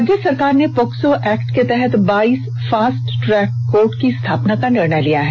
राज्य सरकार ने पाक्सो एक्ट के तहत बाईस फास्ट ट्रैक कोर्ट की स्थापना का निर्णय लिया है